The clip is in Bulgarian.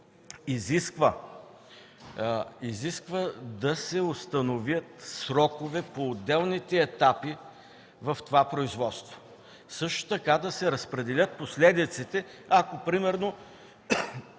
изискват да се установят срокове по отделните етапи в това производство. Също така да се разпределят последиците, ако примерно